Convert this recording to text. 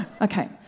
Okay